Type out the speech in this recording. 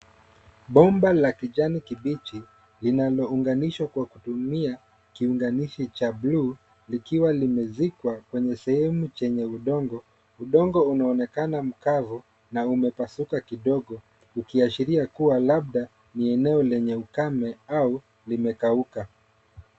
Bomba la kijani kibichi linalounganishwa kwa kutumia kiunganishi cha blue likiwa limezikwa kwenye sehemu chenye udongo. Udongo unaonekana mkavu na umepasuka kidogo ukiashiria kua labda ni eneo lenye ukame au limekauka.